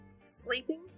Sleeping